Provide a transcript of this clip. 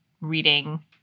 reading